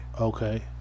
Okay